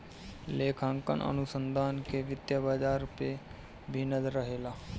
लेखांकन अनुसंधान कअ वित्तीय बाजार पअ भी नजर रहेला